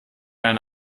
eine